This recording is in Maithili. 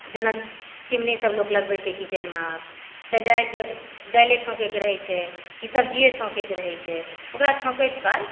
जेना चिमनीसभ लोक लगबै छै किचनमे तैं दुआरे जे दालिए छोंकयके रहै छै की सब्ज़ीए छोंकयके रहै छै ओकरा छौंकैत काल